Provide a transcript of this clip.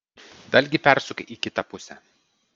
dalgį persuk į kitą pusę